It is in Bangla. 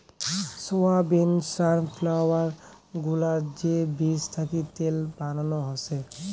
সয়াবিন, সানফ্লাওয়ার গুলার যে বীজ থাকি তেল বানানো হসে